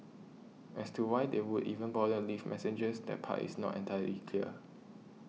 as to why they would even bother leave messengers that part is not entirely clear